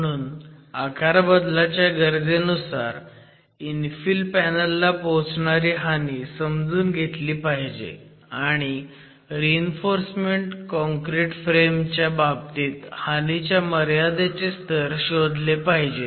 म्हणून आकारबदलाच्या गरजेनुसार इन्फिल पॅनल ला पोहोचणारी हानी समजून घेतली पाहिजे आणि रीइन्फोर्स काँक्रिट फ्रेम च्या बाबतीत हानीच्या मर्यादेचे स्तर शोधले पाहिजेत